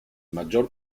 maggior